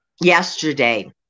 yesterday